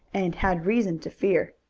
and had reason to fear.